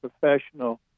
professional